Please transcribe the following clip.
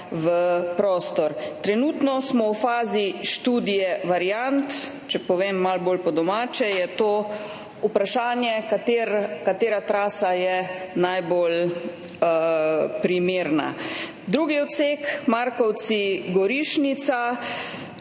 v prostor. Trenutno smo v fazi študije variant. Če povem malo bolj po domače, je to vprašanje, katera trasa je najbolj primerna. Drugi odsek, Markovci–Gorišnica.